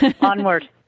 Onward